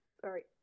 sorry